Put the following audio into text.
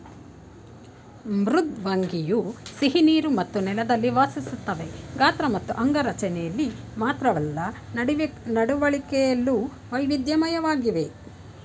ಮೃದ್ವಂಗಿಯು ಸಿಹಿನೀರು ಮತ್ತು ನೆಲದಲ್ಲಿ ವಾಸಿಸ್ತವೆ ಗಾತ್ರ ಮತ್ತು ಅಂಗರಚನೆಲಿ ಮಾತ್ರವಲ್ಲ ನಡವಳಿಕೆಲು ವೈವಿಧ್ಯಮಯವಾಗಿವೆ